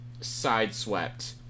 Sideswept